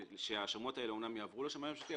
שהשומות האלה אומנם יעברו לשמאי הממשלתי,